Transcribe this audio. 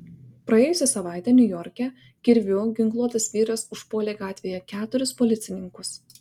praėjusią savaitę niujorke kirviu ginkluotas vyras užpuolė gatvėje keturis policininkus